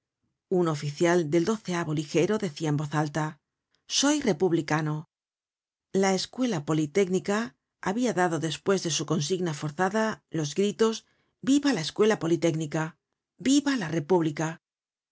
un oficial del ligero decia en alta voz soy republicano la escuela politécnica habia dado despues de su consigna forzada los gritos viva la escuela politécnica viva la república